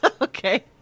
Okay